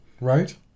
right